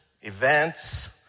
events